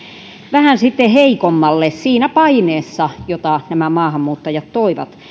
vähän sitten heikommalle siinä paineessa jota maahanmuuttajat toivat